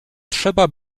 trzeba